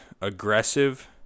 aggressive